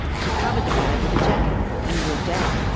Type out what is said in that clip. she covered the bag with a jacket and walked out.